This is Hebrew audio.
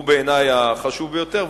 והוא בעיני החשוב ביותר,